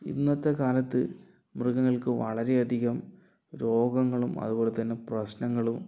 ഇന്നത്തെ കാലത്ത് മൃഗങ്ങൾക്ക് വളരെ അധികം രോഗങ്ങളും അതുപോലെ തന്നെ പ്രശ്നങ്ങളും